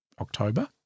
October